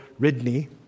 Ridney